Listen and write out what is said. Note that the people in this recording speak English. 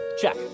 Check